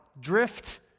Drift